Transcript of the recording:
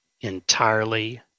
entirely